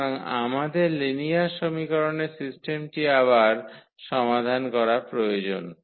সুতরাং আমাদের লিনিয়ার সমীকরণের সিস্টেমটি আবার সমাধান করা প্রয়োজন